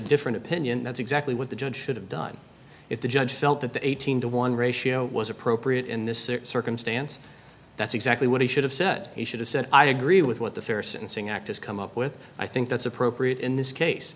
different opinion that's exactly what the judge should have done if the judge felt that the eighteen to one ratio was appropriate in this circumstance that's exactly what he should have said he should have said i agree with what the fair syncing act is come up with i think that's appropriate in this case